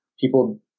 people